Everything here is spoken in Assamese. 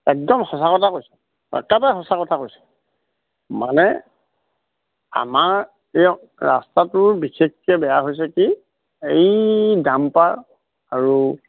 একদম সঁচা কথা কৈছোঁ একবাৰে সঁচা কথা কৈছোঁ মানে আমাৰ এই ৰাস্তাটোৰ বিশেষকৈ বেয়া হৈছে কি এই ডামপাৰ আৰু